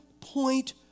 point